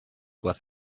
worth